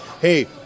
hey